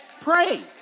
Pray